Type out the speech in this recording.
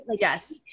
Yes